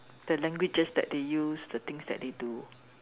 the languages that they use the things that they do